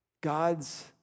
God's